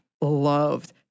loved